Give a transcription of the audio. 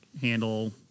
handle